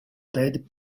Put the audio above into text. dead